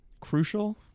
crucial